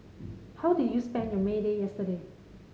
how did you spend your May Day yesterday